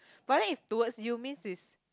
but then if towards you means is